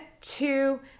two